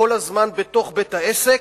כל הזמן בתוך בית-העסק,